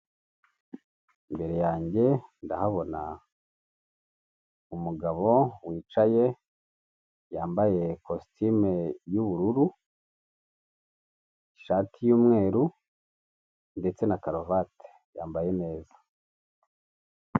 Imbere yanjye ndahabona umugabo wicaye, yambaye kositimu y'ubururu, ishati y'umweru ndetse na karuvati, yambaye neza.